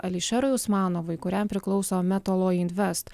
ališerui usmanovui kuriam priklauso metalo invest